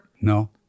No